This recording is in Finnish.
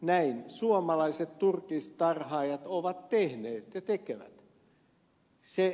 näin suomalaiset turkistarhaajat ovat tehneet ja tekevät